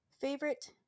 favorite